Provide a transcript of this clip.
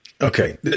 Okay